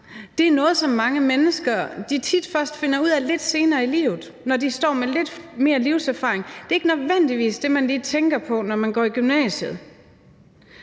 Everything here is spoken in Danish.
præst noget, som mange mennesker tit først finder ud af lidt senere i livet, når de står med lidt mere livserfaring; det er ikke nødvendigvis det, man lige tænker på, når man går i gymnasiet.